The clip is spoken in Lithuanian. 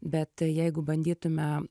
bet jeigu bandytume